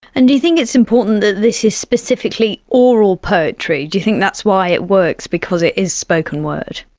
and do you think it's important that this is specifically oral poetry? do you think that's why it works, because it is spoken word?